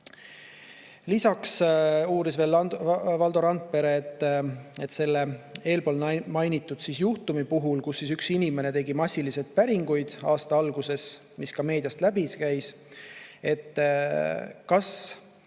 Lisaks uuris Valdo Randpere selle eespool mainitud juhtumi kohta, kus üks inimene tegi massiliselt päringuid aasta alguses, mis ka meediast läbi käis, et kas